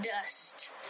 dust